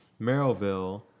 Merrillville